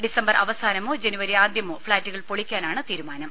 December അവസാ നമോ January ആദ്യമോ ഫ്ളാറ്റുകൾ പൊളിക്കാനാണ് തീരുമാനം